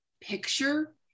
picture